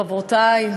חברותי,